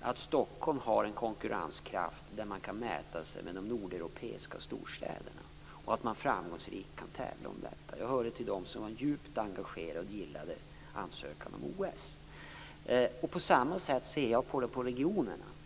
att Stockholm har en konkurrenskraft där man kan mäta sig med de nordeuropeiska storstäderna och att man framgångsrikt kan tävla om detta. Jag hörde till dem som var djupt engagerade och gillade ansökan om OS. På samma sätt ser jag på regionerna.